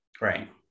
Right